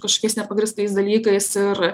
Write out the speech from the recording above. kažkokiais nepagrįstais dalykais ir